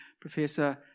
professor